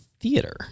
theater